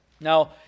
Now